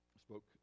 spoke